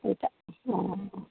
অ'